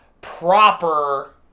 proper